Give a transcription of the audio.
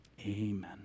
Amen